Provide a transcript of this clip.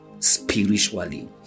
spiritually